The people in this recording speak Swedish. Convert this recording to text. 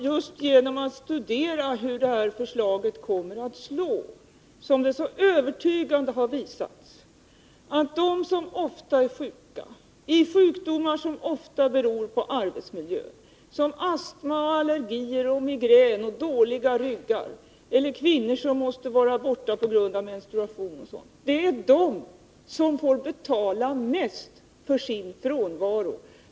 Fru talman! Det är just vid studier av hur det här förslaget kommer att utfalla som det så övertygande har visat sig att de som får betala mest för sin frånvaro ofta är de som är sjuklediga på grund av sjukdomar beroende på arbetsmiljön —t.ex. astma, allergier, migrän och dåliga ryggar — eller kvinnor som måste stanna hemma på grund av menstruation och sådant.